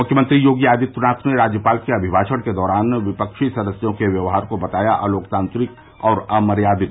मुख्यमंत्री योगी आदित्यनाथ ने राज्यपाल के अभिभाषण के दौरान विपक्षी सदस्यों के व्यवहार को बताया अलोकतांत्रिक और अमर्यादित